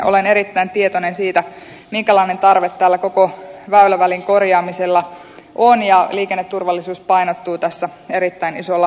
olen erittäin tietoinen siitä minkälainen tarve tällä koko väylävälin korjaamisella on ja liikenneturvallisuus painottuu tässä erittäin isolla osalla